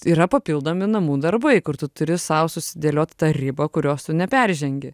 yra papildomi namų darbai kur tu turi sau susidėliot tą ribą kurios tu neperžengi